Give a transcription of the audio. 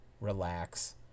relax